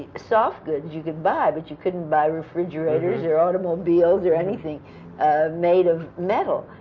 soft goods you could buy, but you couldn't buy refrigerators or automobiles or anything made of metal,